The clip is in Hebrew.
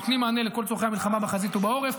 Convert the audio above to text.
נותנים מענה לכל צורכי המלחמה בחזית ובעורף,